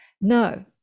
no